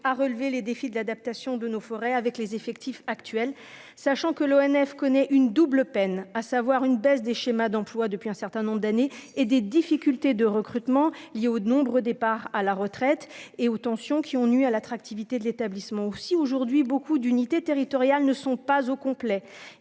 à relever les défis de l'adaptation de nos forêts avec les effectifs actuels, sachant que l'ONF connaît une double peine, à savoir une baisse des schémas d'emplois depuis un certain nombre d'années et des difficultés de recrutement liées aux nombreux départs à la retraite et aux tensions qui ont nui à l'attractivité de l'établissement, aussi, aujourd'hui, beaucoup d'unités territoriales ne sont pas au complet